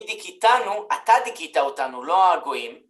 דיכיתנו, אתה דיכית אותנו, לא הגויים.